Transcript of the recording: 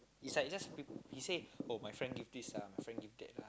it's like he just he say oh my friend give us this ah my friend give that ah